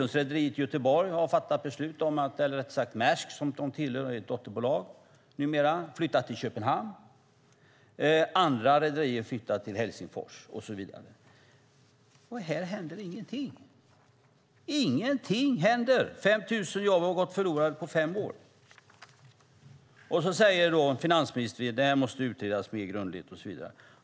Maersk har beslutat att deras dotterbolag Broströmsrederiet i Göteborg ska flytta till Köpenhamn, och andra rederier flyttar till Helsingfors. Men här händer ingenting. 5 000 jobb har gått förlorade på fem år, och finansministern säger att detta måste utredas mer grundligt.